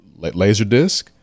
LaserDisc